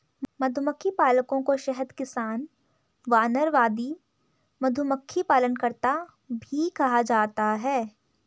मधुमक्खी पालकों को शहद किसान, वानरवादी, मधुमक्खी पालनकर्ता भी कहा जाता है